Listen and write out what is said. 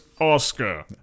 Oscar